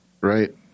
right